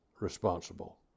responsible